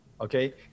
okay